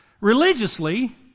Religiously